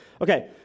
Okay